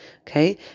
Okay